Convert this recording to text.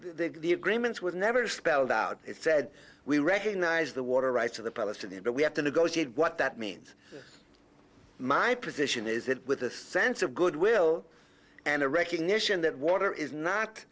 the agreements was never spelled out it said we recognize the water rights of the published but we have to negotiate what that means my position is it with a sense of goodwill and a recognition that water is not